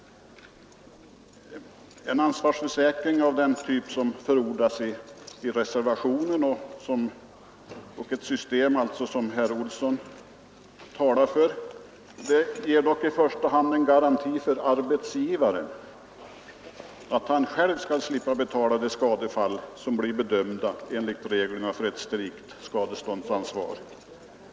En ansvarsförsäkring av den typ som förordas i reservationen och ett sådant system som herr Olsson talar för ger dock i första hand arbetsgivaren en garanti för att han själv skall slippa betala ut ersättning i de fall som blir bedömda enligt reglerna för ett strikt skadeståndsansvar.